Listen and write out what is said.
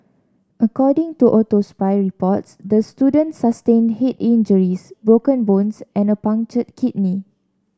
according to autopsy reports the student sustained head injuries broken bones and a punctured kidney